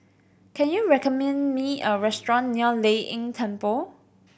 can you recommend me a restaurant near Lei Yin Temple